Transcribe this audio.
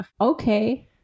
okay